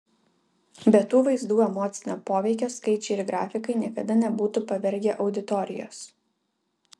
be tų vaizdų emocinio poveikio skaičiai ir grafikai niekada nebūtų pavergę auditorijos